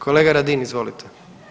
Kolega Radin, izvolite.